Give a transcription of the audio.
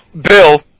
Bill